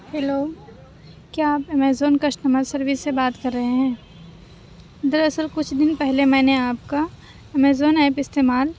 hello کیا آپ Amazon customer service سے بات کر رہے ہیں دراصل کچھ دِن پہلے میں نے آپ کا ایمیزون ایپ استعمال